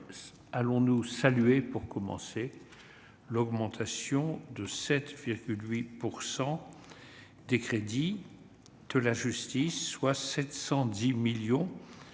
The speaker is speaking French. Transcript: allons-nous saluer l'augmentation de 7,8 % des crédits de la justice, soit 710 millions